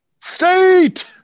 State